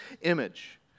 image